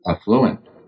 affluent